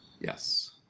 Yes